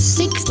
six